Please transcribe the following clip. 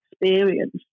experience